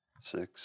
Six